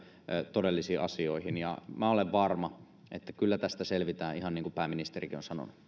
todellisiin asioihin minä olen varma että kyllä tästä selvitään ihan niin kuin pääministerikin